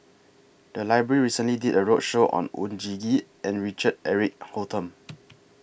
The Library recently did A roadshow on Oon Jin Gee and Richard Eric Holttum